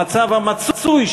המצב המצוי,